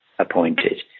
appointed